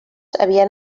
havien